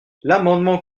l’amendement